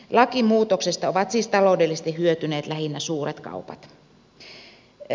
lakimuutoksesta ovat siis taloudellisesti hyötyneet lähinnä suuret kaupat